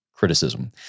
criticism